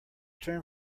term